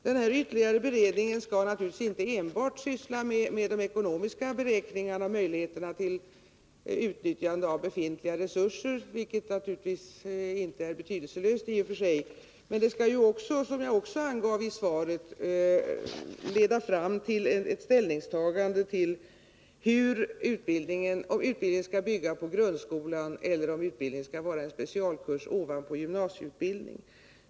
Den ytterligare beredningen skall naturligtvis inte enbart syssla med ekonomiska beräkningar och möjligheterna att utnyttja befintliga resurser — 89 vilket i och för sig inte är betydelselöst. Den skall också, som jag nämnde i svaret, leda fram till ett ställningstagande till frågan om utbildningen skall bygga på grundskolan eller vara en specialkurs ovanpå gymnasieutbildningen.